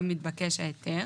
מתבקש ההיתר.